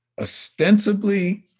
ostensibly